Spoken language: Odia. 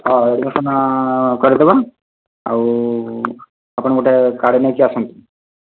ହଁ ଆଡ଼ମିସନ୍ କରିଦେବା ଆଉ ଆପଣ ଗୋଟେ କାର୍ଡ଼ ନେଇକରି ଆସନ୍ତୁ